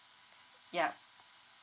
yup